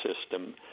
system